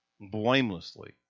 blamelessly